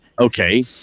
okay